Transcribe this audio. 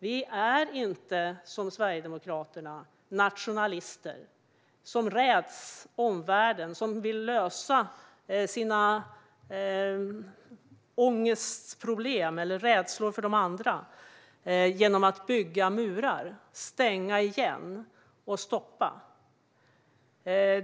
Vi är inte som Sverigedemokraterna - nationalister som räds omvärlden och vill lösa sina ångestproblem eller rädslor för de andra genom att bygga murar, stänga igen och stoppa.